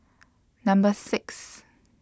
Number six